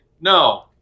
no